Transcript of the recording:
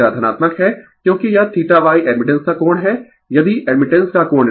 तो जब B L B C से अधिक है वह एडमिटेंस का कोण ऋणात्मक है इसका अर्थ है एडमिटेंस का कोण θ धनात्मक है